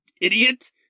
idiot